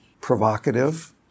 provocative